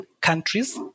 countries